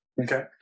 Okay